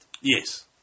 Yes